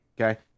okay